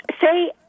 Say